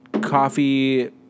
coffee